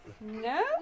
No